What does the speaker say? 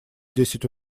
десять